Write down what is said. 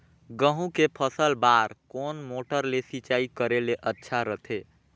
गहूं के फसल बार कोन मोटर ले सिंचाई करे ले अच्छा रथे?